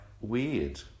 weird